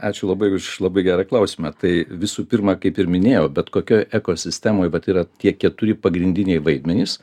ačiū labai už labai gerą klausimą tai visų pirma kaip ir minėjau bet kokioj ekosistemoj vat yra tie keturi pagrindiniai vaidmenys